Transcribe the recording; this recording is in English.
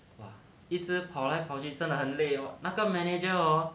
!wah! 一直跑来跑去真的很累 oh 那个 manager hor